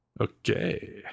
okay